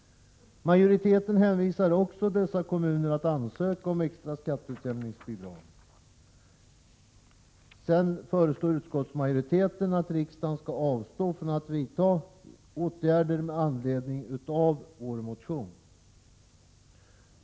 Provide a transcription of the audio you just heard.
Majoriteten hänvisar också dessa kommuner till att ansöka om extra skatteutjämningsbidrag. Sedan föreslår utskottsmajoriteten att riksdagen skall avstå från att vidta åtgärder med anledning av vår motion.